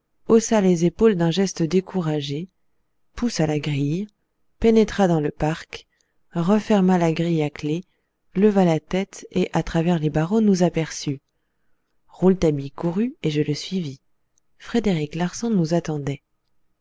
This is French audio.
haussa les épaules d'un geste découragé poussa la grille pénétra dans le parc referma la grille à clef leva la tête et à travers les barreaux nous aperçut rouletabille courut et je le suivis frédéric larsan nous attendait